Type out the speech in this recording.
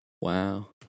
Wow